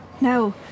No